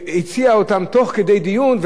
הציע אותם תוך כדי דיון,